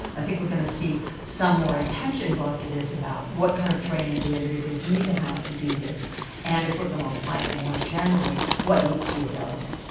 i think we're going to see some more attention brought to this about what kind of training do individuals need to have to do this and, if we're going to apply it more generally, what needs to be available.